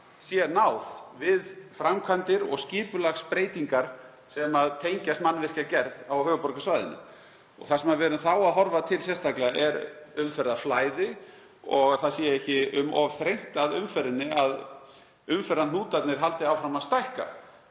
sé náð við framkvæmdir og skipulagsbreytingar sem tengjast mannvirkjagerð á höfuðborgarsvæðinu. Það sem við erum þá sérstaklega að horfa til er umferðarflæði og að ekki sé um of þrengt að umferðinni, að umferðarhnútarnir haldi ekki áfram að stækka.